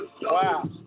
wow